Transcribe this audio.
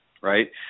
right